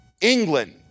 England